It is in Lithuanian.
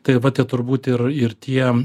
tai vat tie turbūt ir ir tie